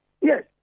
Yes